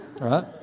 right